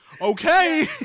okay